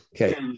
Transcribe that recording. Okay